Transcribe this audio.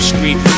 Street